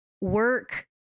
work